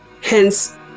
Hence